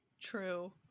true